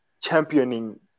championing